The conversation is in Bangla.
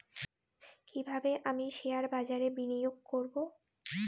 কিভাবে আমি শেয়ারবাজারে বিনিয়োগ করবে?